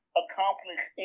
accomplish